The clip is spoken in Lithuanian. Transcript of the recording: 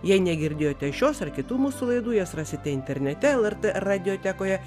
jei negirdėjote šios ar kitų mūsų laidų jas rasite internete lrt radiotekoje